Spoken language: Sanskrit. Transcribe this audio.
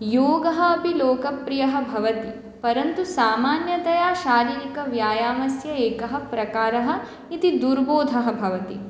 योगः अपि लोकप्रियः भवति परन्तु सामान्यतया शारीरिकव्यायामस्य एकः प्रकारः इति दुर्बोधः भवति